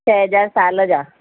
छह हज़ार साल जा